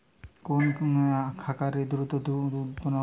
কোন খাকারে দ্রুত দুধ উৎপন্ন করে?